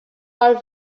are